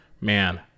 Man